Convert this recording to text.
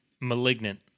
Malignant